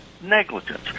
negligence